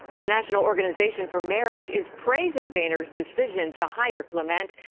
the national organization for marriage is praising boehner's decision to hire clement.